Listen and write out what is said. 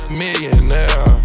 millionaire